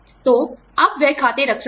तो आप व्यय खाते रख सकते हैं